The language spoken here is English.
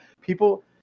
people